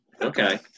Okay